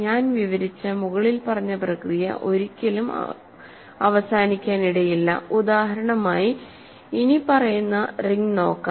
ഞാൻ വിവരിച്ച മുകളിൽ പറഞ്ഞ പ്രക്രിയ ഒരിക്കലും അവസാനിക്കാനിടയില്ലഉദാഹരണമായി ഇനിപ്പറയുന്ന റിങ് നോക്കാം